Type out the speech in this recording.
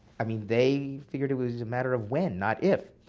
i mean they figured it was a matter of when, not if,